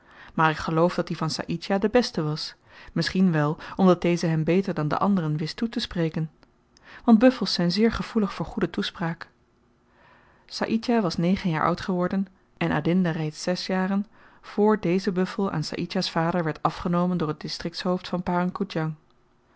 maar ik geloof dat die van saïdjah de beste was misschien wel omdat deze hem beter dan de anderen wisttoetespreken want buffels zyn zeer gevoelig voor goede toespraak saïdjah was negen jaar oud geworden en adinda reeds zes jaren voor deze buffel aan saïdjah's vader werd afgenomen door het distriktshoofd van